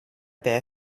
bare